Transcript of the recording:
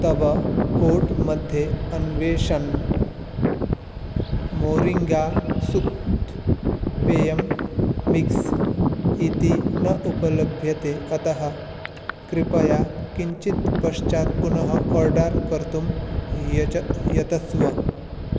तव कोर्ट् मध्ये अन्वेषन् मोरिङ्गा सुत् पेयम् मिक्स् इति न उपलभ्यते अतः कृपया किञ्चित् पश्चात् पुनः आर्डर् कर्तुं यच यतस्व